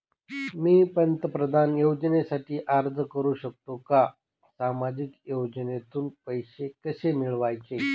मी पंतप्रधान योजनेसाठी अर्ज करु शकतो का? सामाजिक योजनेतून पैसे कसे मिळवायचे